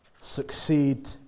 succeed